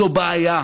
זו בעיה.